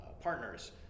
partners